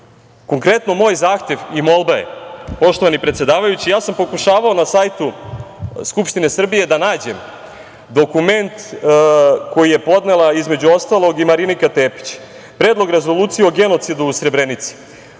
osvrt. Konkretno moj zahtev i molba je, poštovani predsedavajući, pokušavao sam na sajtu Skupštine Srbije da nađem dokument koji je podnela između ostalog i Marinika Tepić, predlog rezolucije o genocidu u Srebrenici.